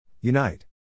Unite